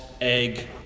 egg